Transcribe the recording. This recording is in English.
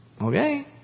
Okay